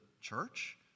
church